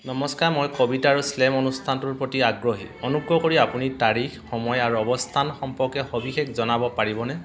নমস্কাৰ মই কবিতা আৰু শ্লেম অনুষ্ঠানটোৰ প্ৰতি আগ্ৰহী অনুগ্ৰহ কৰি আপুনি তাৰিখ সময় আৰু অৱস্থান সম্পৰ্কে সবিশেষ জনাব পাৰিবনে